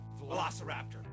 Velociraptor